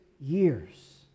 years